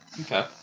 Okay